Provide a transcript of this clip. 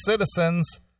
citizens